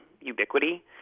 ubiquity